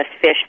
fish